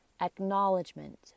acknowledgement